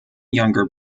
younger